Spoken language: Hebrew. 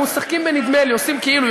אנחנו משחקים ב"נדמה לי" עושים כאילו.